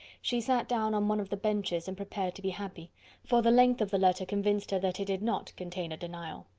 she sat down on one of the benches and prepared to be happy for the length of the letter convinced her that it did not contain a denial.